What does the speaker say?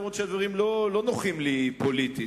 באמת לא על רקע פוליטי.